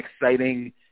exciting